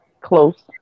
close